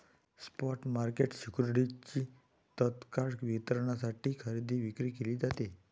spot market सिक्युरिटीजची तत्काळ वितरणासाठी खरेदी विक्री केली जाते